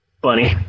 Bunny